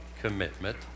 commitment